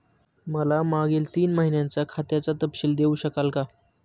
मला मागील तीन महिन्यांचा खात्याचा तपशील देऊ शकाल का?